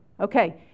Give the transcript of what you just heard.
Okay